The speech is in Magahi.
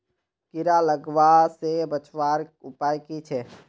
कीड़ा लगवा से बचवार उपाय की छे?